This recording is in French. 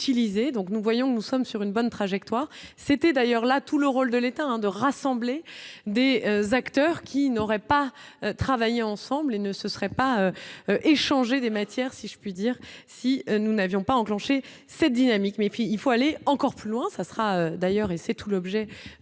donc nous voyons, nous sommes sur une bonne trajectoire, c'était d'ailleurs là tout le rôle de l'État en de rassembler des acteurs qui n'aurait pas travailler ensemble et ne se serait pas échanger des matières si je puis dire, si nous n'avions pas enclencher cette dynamique, puis il faut aller encore plus loin, ça sera d'ailleurs et c'est tout l'objet